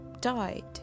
died